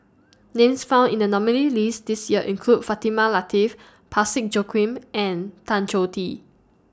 Names found in The nominees' list This Year include Fatimah Lateef Parsick Joaquim and Tan Choh Tee